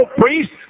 priest